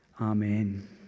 Amen